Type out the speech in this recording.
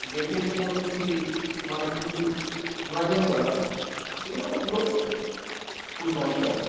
দেখে যে কোনো কিছু ই মানে কিছু ইমাজিন করা এগুলো হলো কুসংস্কারের